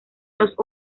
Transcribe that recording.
los